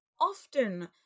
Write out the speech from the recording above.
Often